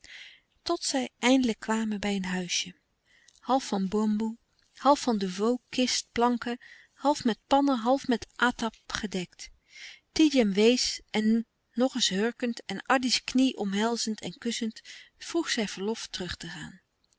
tot zij eindelijk kwamen bij een huisje half van bamboe half van devoe kist planken half met pannen half met atap gedekt tidjem wees en nog eens hurkend en addy's knie omhelzend en kussend vroeg zij verlof terug te gaan